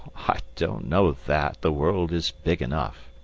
i don't know that. the world is big enough.